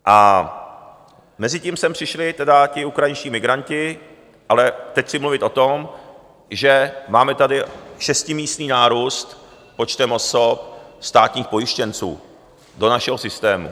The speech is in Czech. A mezitím sem přišli tedy ti ukrajinští migranti, ale teď chci mluvit o tom, že máme tady šestimístný nárůst počtem osob státních pojištěnců do našeho systému.